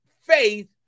faith